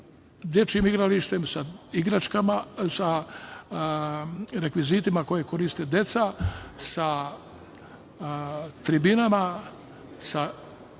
dečijem igralištem, sa rekvizitima koje koriste deca, sa tribinama, sa